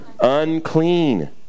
Unclean